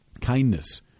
kindness